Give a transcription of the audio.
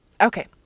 Okay